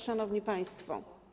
Szanowni Państwo!